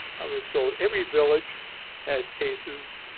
i was told every village had cases,